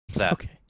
Okay